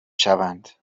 شوند